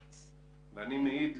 לא, לא.